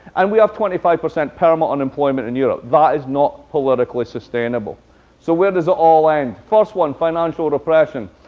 and we have twenty five percent permanent unemployment in europe. that is not politically sustainable so where does it all end? first one, financial repression.